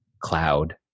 Cloud